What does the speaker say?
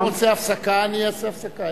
אם אתה רוצה הפסקה אני אעשה הפסקה,